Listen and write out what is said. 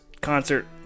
concert